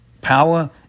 power